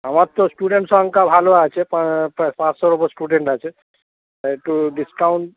আমার তো স্টুডেন্ট সংখ্যা ভালো আছে পাঁ প্রায় পাঁচশোর উপর স্টুডেন্ট আছে তা একটু ডিসকাউন্ট